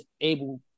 able